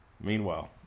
Meanwhile